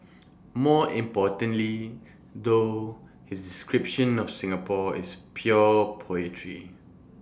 more importantly though his description of Singapore is pure poetry